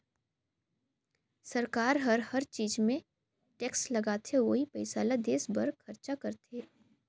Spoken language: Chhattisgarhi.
सरकार हर हर चीच मे टेक्स लगाथे अउ ओही पइसा ल देस बर खरचा करथे